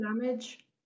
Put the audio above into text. damage